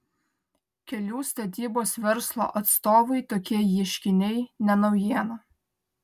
kelių statybos verslo atstovui tokie ieškiniai ne naujiena